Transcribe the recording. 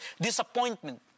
disappointment